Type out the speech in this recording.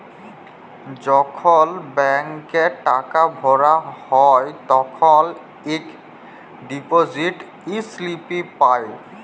যখল ব্যাংকে টাকা ভরা হ্যায় তখল ইকট ডিপজিট ইস্লিপি পাঁই